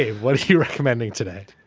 what are you recommending today?